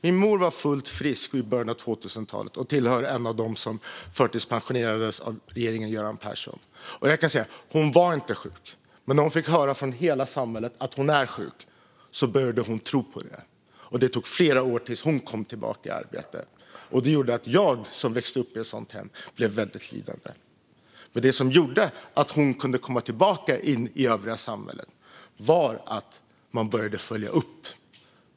Min mor var fullt frisk i början av 2000-talet och var en av dem som förtidspensionerades av regeringen Göran Persson. Jag kan säga så här: Hon var inte sjuk, men när hon fick höra från hela samhället att hon var sjuk började hon tro på det. Det tog flera år innan hon kom tillbaka i arbete. Detta gjorde att jag, som växte upp i ett sådant hem, blev väldigt lidande. Det som gjorde att hon kunde komma tillbaka in i det övriga samhället var att man började följa upp.